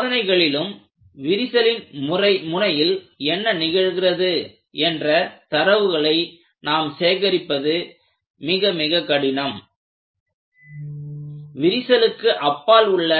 சோதனைகளிலும் விரிசலின் முனையில் என்ன நிகழ்கிறது என்ற தரவுகளை நாம் சேகரிப்பது மிக மிக கடினம் விரிசலுக்கு அப்பால் உள்ள